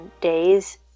days